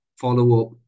follow-up